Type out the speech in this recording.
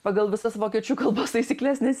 pagal visas vokiečių kalbos taisykles nes